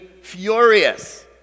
furious